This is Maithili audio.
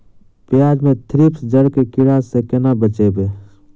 प्याज मे थ्रिप्स जड़ केँ कीड़ा सँ केना बचेबै?